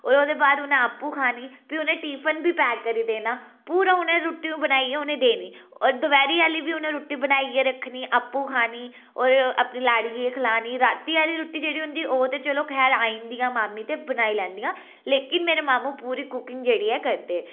होर ओह्दे बाद उ'नें आपूं खानी भी उ'नें टिफिन बी पैक करी देना पूरा उ'नें रुट्टी बनाइयै उ'नें देनी होर दपैह्रीं आह्ली बी उ'नें बनाइयै रखनी आपूं खानी होर अपनियै लाड़ियै ई खलानी रातीं आह्ली रुट्टी जेह्ड़ी ओह् ते चलो खैर आई जन्दियां मामी ते बनाई लैंदियां लेकिन मेरे मामू पूरी कुकिंग जेह्ड़ी ऐ करदे